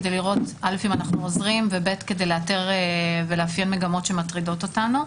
כדי לראות אם אנחנו עוזרים וכדי לאתר ולאפיין מגמות שמטרידות אותנו.